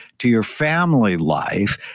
to your family life,